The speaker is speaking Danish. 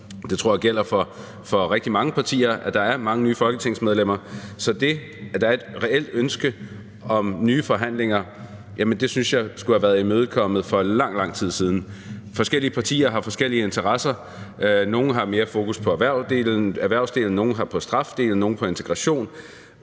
jeg tror, at det gælder for rigtig mange partier, at der er mange nye folketingsmedlemmer – så det, at der er et reelt ønske om nye forhandlinger, synes jeg skulle have været imødekommet for lang, lang tid siden. Forskellige partier har forskellige interesser. Nogle har mere fokus på erhvervsdelen, andre har på strafdelen og andre igen på integration.